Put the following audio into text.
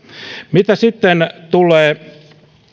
mitä sitten tulee